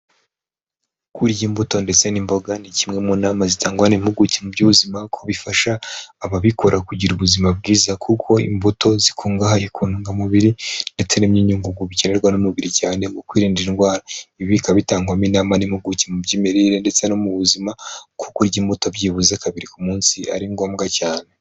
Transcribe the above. Kurya imbuto ndetse n'imboga ni kimwe mu nama zitangwa n'impuguke mu by'ubuzima kuko bifasha ababikora kugira ubuzima bwiza kuko imbuto zikungahaye ku ntungamubiri ndetse n'imyunyungugu bikenerwa n'umubiri cyane mu kwirinda indwara ibi bikaba bitangwamo inama n'impuguke mu by'imirire ndetse no mu buzima ko kurya imbuto byibuze kabiri ku munsi ari ngombwa cyane.